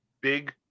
Big